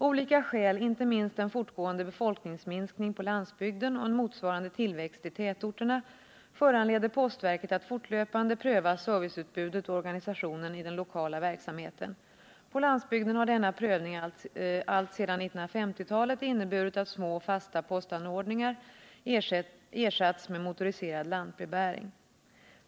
Olika skäl, inte minst en fortgående befolkningsminskning på landsbygden och en motsvarande tillväxt i tätorterna, föranleder postverket att fortlöpande pröva serviceutbudet och organisationen i den lokala verksamheten. På landsbygden har denna prövning alltsedan 1950-talet inneburit att små, fasta postanordningar ersatts med motoriserad lantbrevbäring.